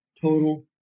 total